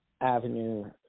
avenue